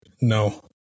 No